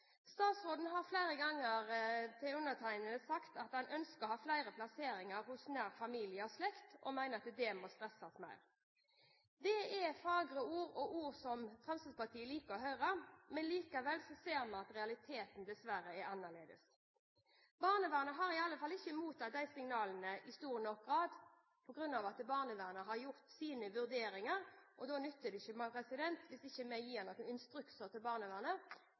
Statsråden har flere ganger sagt til undertegnede at han ønsker at flere plasseres hos nær familie og slekt, og mener at det må stresses mer. Det er fagre ord og ord som Fremskrittspartiet liker å høre, men likevel ser vi at realiteten dessverre er annerledes. Barnevernet har i alle fall ikke mottatt disse signalene i stor nok grad. Barnevernet gjør sine vurderinger, og da nytter det ikke hvis vi ikke fra denne sal gir noen instrukser til barnevernet.